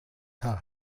herr